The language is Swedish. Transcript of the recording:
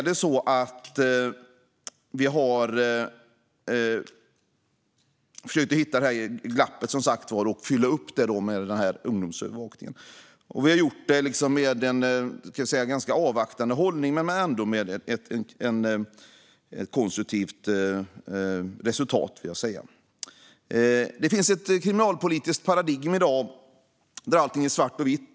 Det glapp som finns ska fyllas upp med ungdomsövervakning. Vi har gjort det med en ganska avvaktande hållning, men ändå med ett konstruktivt resultat. Det finns ett kriminalpolitiskt paradigm i dag där allt är svart eller vitt.